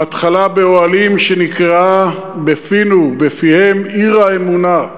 ההתחלה באוהלים שנקראה בפינו, בפיהם, עיר-האמונה,